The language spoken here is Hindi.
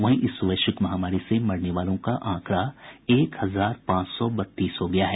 वहीं इस वैश्विक महामारी से मरने वालों का आंकड़ा एक हजार पांच सौ बत्तीस हो गया है